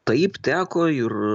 taip teko ir